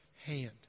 hand